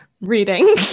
Reading